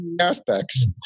aspects